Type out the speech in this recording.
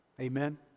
Amen